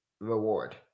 reward